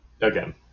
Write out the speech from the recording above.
Again